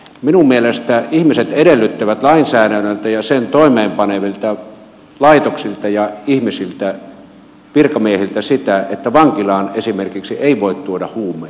minun mielestäni ihmiset edellyttävät lainsäädännöltä ja sen toimeenpanevilta laitoksilta ja ihmisiltä virkamiehiltä sitä että vankilaan ei voi esimerkiksi tuoda huumeita